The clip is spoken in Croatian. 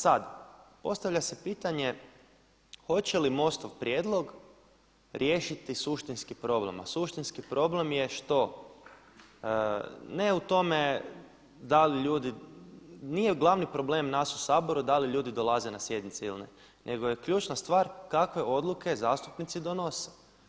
Sad, postavlja se pitanje hoće li MOST-ov prijedlog riješiti suštinski problem, a suštinski problem je ne u tome da li ljudi, nije glavni problem nas u Saboru da li ljudi dolaze na sjednice ili ne nego je ključna stvar kakve odluke zastupnici donose.